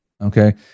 Okay